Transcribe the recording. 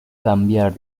cambiar